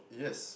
yes